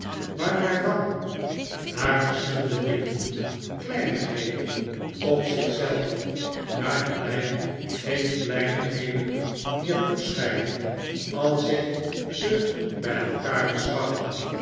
waarnaar dan naar verschillende dingen kleinigheden op zich zelf maar die mij geen kleinigheden meer toeschijnen als ik ze bij elkaar beschouw